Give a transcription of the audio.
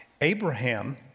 Abraham